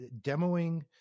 demoing